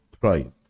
pride